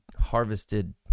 harvested